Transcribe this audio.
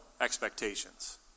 expectations